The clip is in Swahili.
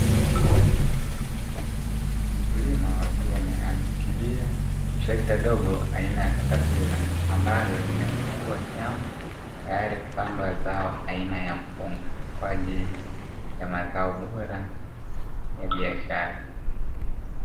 Mkulima akiwa ameshikilia trekta dogo aina katapila, ambalo linatifua shamba tayari kupandwa zao aina ya mpunga kwa ajili ya mazao bora ya biashara.